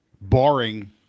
Barring